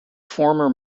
former